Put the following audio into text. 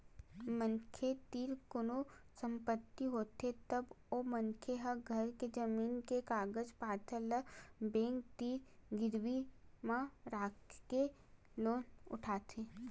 मनखे तीर कोनो संपत्ति होथे तब ओ मनखे ल घर ते जमीन के कागज पतर ल बेंक तीर गिरवी म राखके लोन उठाथे